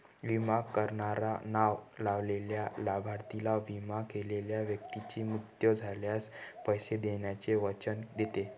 विमा करणारा नाव लावलेल्या लाभार्थीला, विमा केलेल्या व्यक्तीचा मृत्यू झाल्यास, पैसे देण्याचे वचन देतो